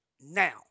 now